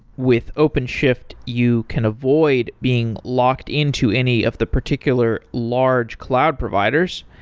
with openshift, you can avoid being locked into any of the particular large cloud providers.